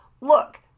look